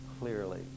clearly